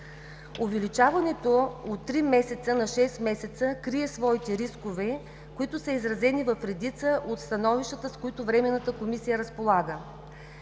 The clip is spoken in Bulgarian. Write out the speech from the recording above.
Увеличаването от три месеца на шест месеца крие своите рискове, които се изразени в редица от становищата, с които Временната комисия разполага.